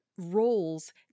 roles